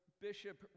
bishop